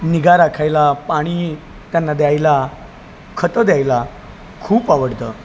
निगा राखायला पाणी त्यांना द्यायला खतं द्यायला खूप आवडतं